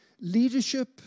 leadership